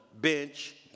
bench